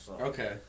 Okay